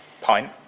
pint